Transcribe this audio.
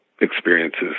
experiences